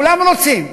כולם רוצים,